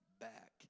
back